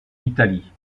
italie